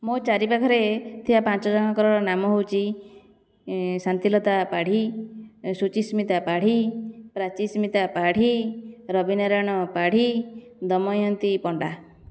ମୋ ଚାରି ପାଖରେଥିବା ପାଞ୍ଚଜଣଙ୍କର ନାମ ହେଉଛି ଶାନ୍ତି ଲତା ପାଢ଼ୀ ଶୁଚିଶ୍ମିତା ପାଢ଼ୀ ପ୍ରାଚିସ୍ମିତା ପାଢ଼ୀ ରବିନାରାୟଣ ପାଢ଼ୀ ଦମୟନ୍ତୀ ପଣ୍ଡା